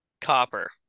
Copper